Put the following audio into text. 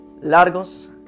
Largos